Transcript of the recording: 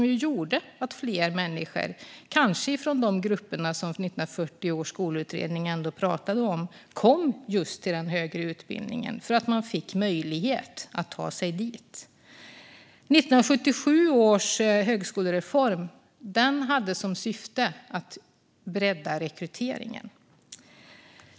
Det gjorde att fler människor - kanske från de grupper som 1940 års skolutredning pratade om - kom till den högre utbildningen eftersom de fick möjlighet att ta sig dit. Högskolereformen 1977 hade som syfte att bredda rekryteringen.